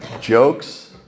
Jokes